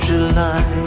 July